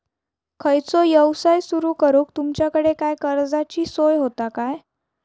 खयचो यवसाय सुरू करूक तुमच्याकडे काय कर्जाची सोय होता काय?